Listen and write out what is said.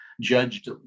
judged